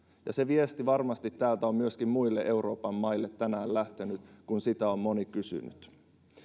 ja se viesti varmasti täältä on myöskin muille euroopan maille tänään lähtenyt kun sitä on moni kysynyt